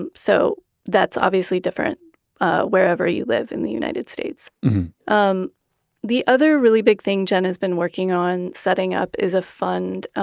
and so that's obviously different ah wherever you live in the united states um the other really big thing jen has been working on setting up is a fund. ah